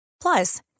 Plus